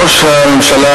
ראש הממשלה,